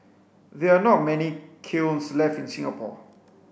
there are not many kilns left in Singapore